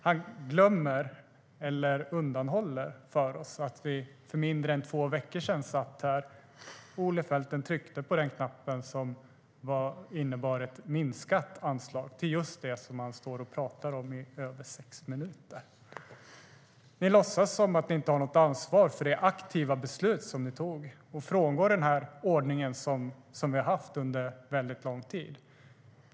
Han glömmer, eller undanhåller för oss, att vi för mindre än två veckor sedan satt i kammaren och Olle Felten tryckte på den knapp som innebar ett minskat anslag till just det som han står och talar om i över sex minuter. Ni låtsas, Olle Felten, som om ni inte har något ansvar för det aktiva beslut ni tog och frångår den ordning som vi haft under väldigt lång tid.